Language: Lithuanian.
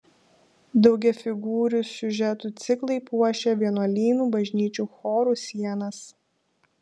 daugiafigūrių siužetų ciklai puošė vienuolynų bažnyčių chorų sienas